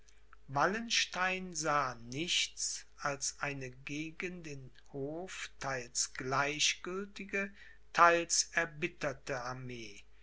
wallenstein sah nichts als eine gegen den hof theils gleichgültige theils erbitterte armee